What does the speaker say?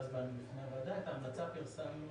את ההמלצה פרסמנו,